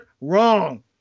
wrong